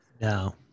no